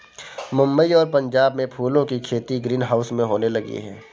मुंबई और पंजाब में फूलों की खेती ग्रीन हाउस में होने लगी है